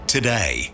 Today